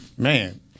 Man